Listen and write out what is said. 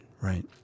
right